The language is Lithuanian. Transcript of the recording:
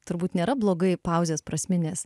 turbūt nėra blogai pauzės prasminės